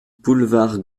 boulevard